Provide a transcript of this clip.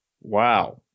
Wow